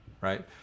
right